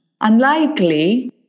Unlikely